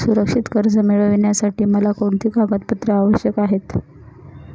सुरक्षित कर्ज मिळविण्यासाठी मला कोणती कागदपत्रे आवश्यक आहेत